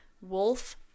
Wolf